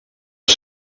has